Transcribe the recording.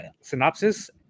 Synopsis